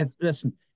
listen